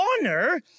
honor